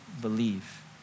believe